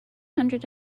hundred